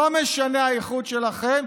לא משנה האיכות שלכם,